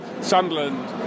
Sunderland